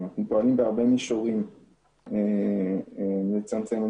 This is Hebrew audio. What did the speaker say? אנחנו פועלים בהרבה מישורים לצמצם את